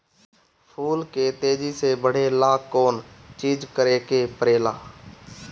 फूल के तेजी से बढ़े ला कौन चिज करे के परेला?